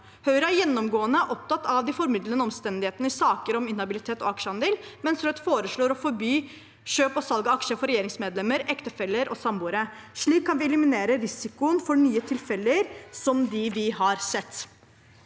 Høyre er gjennomgående opptatt av de formildende omstendighetene i saker om inhabilitet og aksjehandel, mens Rødt foreslår å forby kjøp og salg av aksjer for regjeringsmedlemmer, ektefeller og samboere. Slik kan vi eliminere risikoen for nye tilfeller som dem vi har sett.